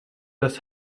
das